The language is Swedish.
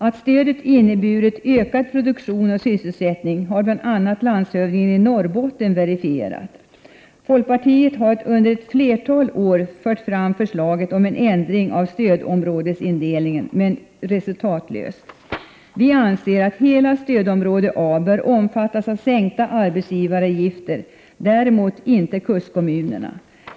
Att stödet inneburit ökad produktion och sysselsättning har bl.a. landshövdingen i Norrbotten verifierat. Folkpartiet har under ett flertal år fört fram förslaget om en ändring av stödområdesindelningen — men det har varit resultatlöst. Vi anser att hela stödområde A bör omfattas av sänkta arbetsgivaravgifter, däremot inte kustkommunerna.